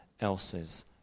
else's